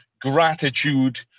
gratitude